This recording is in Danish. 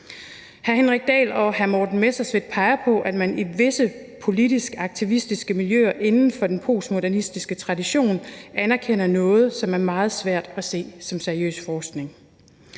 Hr. Henrik Dahl og hr. Morten Messerschmidt peger på, at man i visse politisk aktivistiske miljøer inden for den postmodernistiske tradition anerkender noget, som er meget svært at se som seriøs forskning,